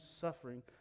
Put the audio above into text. suffering